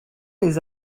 lès